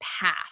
path